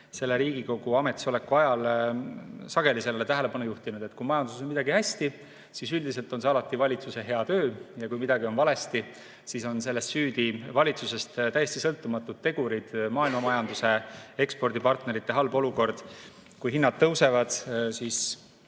selle Riigikogu ametisoleku ajal sageli tähelepanu juhtinud: kui majanduses on midagi hästi, siis üldiselt on see alati valitsuse hea töö, ja kui midagi on valesti, siis on selles süüdi valitsusest täiesti sõltumatud tegurid – maailmamajanduse, ekspordipartnerite halb olukord. Kui hinnad tõusevad, siis